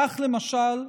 כך למשל,